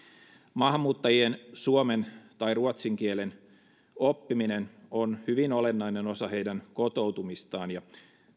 maahanmuuttajien suomen tai ruotsin kielen oppiminen on hyvin olennainen osa heidän kotoutumistaan ja